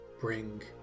bring